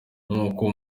nkuko